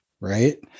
right